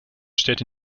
stellt